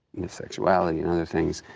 his sexuality, and other things,